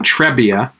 Trebia